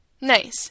Nice